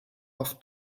auf